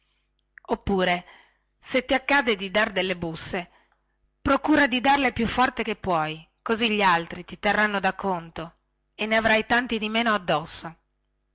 oppure se ti accade di dar delle busse procura di darle più forte che puoi così coloro su cui cadranno ti terranno per da più di loro e ne avrai tanti di meno addosso